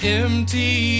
empty